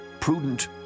Prudent